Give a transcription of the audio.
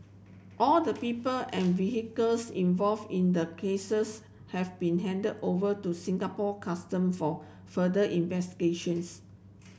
all the people and vehicles involved in the cases have been handed over to Singapore Custom for further investigations